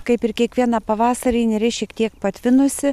kaip ir kiekvieną pavasarį neris šiek tiek patvinusi